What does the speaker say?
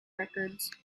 records